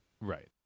right